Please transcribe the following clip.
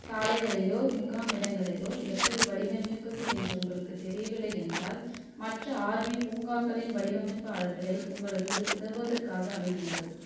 சாலைகளையோ முகாமிடங்களையோ எப்படி வடிவமைப்பது என்று உங்களுக்குத் தெரியவில்லை என்றால் மற்ற ஆர்வி பூங்காக்களின் வடிவமைப்பாளர்களை உங்களுக்கு உதவுவதற்காக அணுகுங்கள்